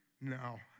No